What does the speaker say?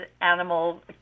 animal